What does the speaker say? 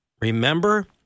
remember